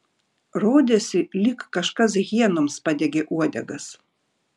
rodėsi lyg kažkas hienoms padegė uodegas